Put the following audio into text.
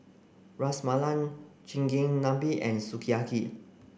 Ras Malai Chigenabe and Sukiyaki